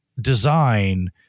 design